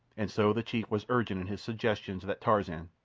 and so the chief was urgent in his suggestions that tarzan,